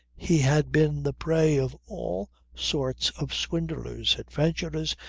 he had been the prey of all sorts of swindlers, adventurers,